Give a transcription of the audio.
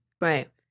Right